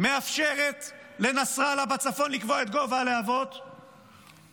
מאפשרת לנסראללה לקבוע את גובה הלהבות בצפון,